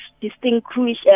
distinguish